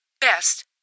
Best